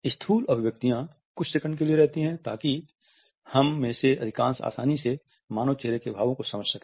स्थूल अभिव्यक्तियां कुछ सेकंड के लिए रहती है ताकि हम में से अधिकांश आसानी से मानव चेहरे पर भावो को समझ सकें